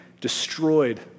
destroyed